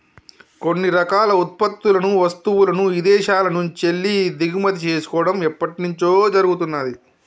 కొన్ని రకాల ఉత్పత్తులను, వస్తువులను ఇదేశాల నుంచెల్లి దిగుమతి చేసుకోడం ఎప్పట్నుంచో జరుగుతున్నాది